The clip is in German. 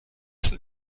sind